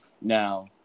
Now